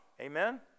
Amen